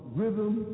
rhythm